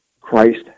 Christ